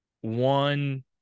one